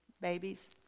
babies